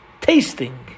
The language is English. tasting